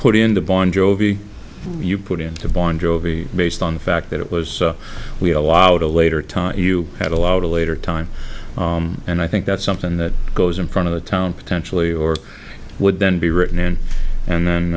put into bon jovi you put into born jovi based on the fact that it was so we allowed a later time you had allowed a later time and i think that's something that goes in front of the town potentially or would then be written in and